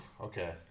Okay